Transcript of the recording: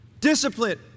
Discipline